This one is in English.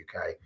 uk